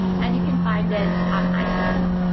and you can find it on itunes.